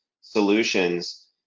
solutions